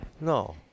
no